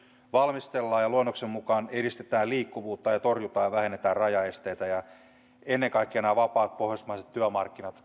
valmistellaan ja luonnoksen mukaan edistetään liikkuvuutta ja torjutaan ja vähennetään rajaesteitä ennen kaikkea nämä vapaat pohjoismaiset työmarkkinat